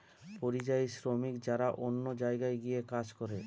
পরিযায়ী শ্রমিক যারা অন্য জায়গায় গিয়ে কাজ করে